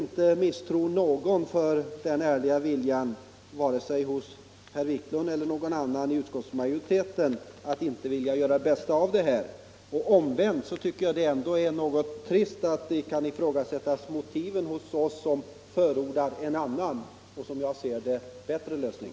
Jag misstror inte vare sig herr Wiklund eller någon annan i utskottsmajoriteten när det gäller viljan att göra sitt bästa i denna sak. Men omvänt tycker jag ändå det är litet trist att man ifrågasätter motiven hos oss, som förordar en annan och — som jag ser det — en bättre lösning.